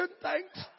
thanks